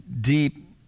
deep